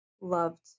loved